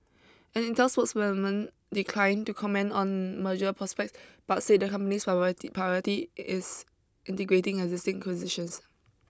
an Intel spokeswoman declined to comment on merger prospect but said the company's priority is integrating existing acquisitions